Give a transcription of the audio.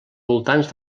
voltants